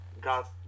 got